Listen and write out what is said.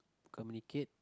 communicate